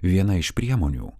viena iš priemonių